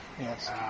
yes